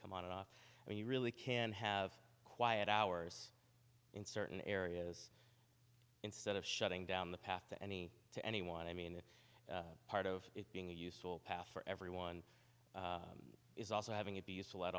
come on and off and you really can have quiet hours in certain areas instead of shutting down the path to any to any one i mean that part of it being a useful path for everyone is also having it be useful at